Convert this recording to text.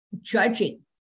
judging